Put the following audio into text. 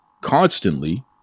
constantly